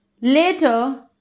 later